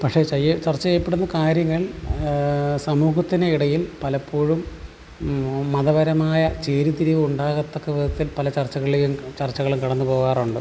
പക്ഷെ ചെയ്യ ചർച്ച ചെയ്യപ്പെടുന്ന കാര്യങ്ങൾ സമൂഹത്തിന് ഇടയിൽ പലപ്പോഴും മതപരമായ ചേരിതിരിവ് ഉണ്ടാകത്തക്ക വിധത്തിൽ പല ചർച്ചകളെയും ചർച്ചകളും കടന്നു പോകാറുണ്ട്